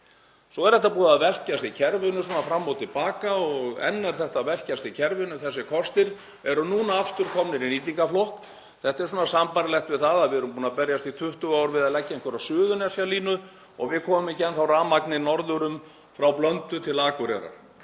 Svo er þetta búið að velkjast í kerfinu svona fram og til baka og enn er þetta að velkjast í kerfinu og þessir kostir eru núna aftur komnir í nýtingarflokk. Þetta er svona sambærilegt við það að við erum búnir að berjast í 20 ár við að leggja einhverja Suðurnesjalínu og við komum ekki enn þá rafmagni norður yfir frá Blöndu til Akureyrar.